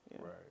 Right